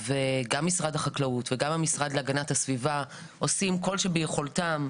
וגם משרד החקלאות וגם המשרד להגנת הסביבה עושים כל שביכולתם,